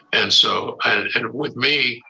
and so with me,